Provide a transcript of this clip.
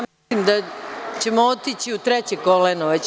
Mislim da ćemo otići u treće koleno već.